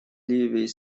ливией